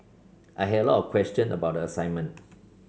I had a lot question about the assignment